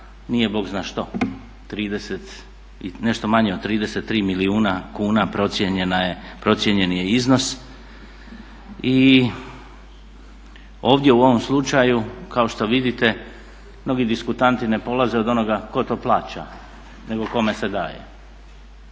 nije Bog zna što, nešto manje od 33 milijuna kuna procijenjen je iznos. I ovdje u ovom slučaju kao što vidite mnogi diskutanti ne polaze od onoga tko to plaća nego kome se daje.